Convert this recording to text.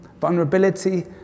Vulnerability